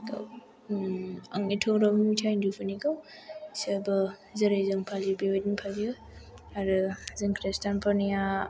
आं एथ'ग्राप मोनथिया हिन्दुफोरनिखौ बिसोरबो जेरै जों फालियो बेबायदिनो फालियो आरो जों खृष्टानफोरनिया